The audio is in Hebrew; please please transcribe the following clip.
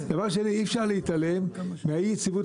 דבר שני אי אפשר להתעלם מאי היציבות